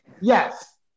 Yes